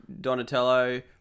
Donatello